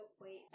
wait